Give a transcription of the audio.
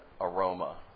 aroma